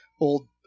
old